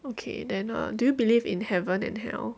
okay then err do you believe in heaven and hell